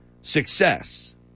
success